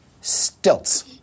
stilts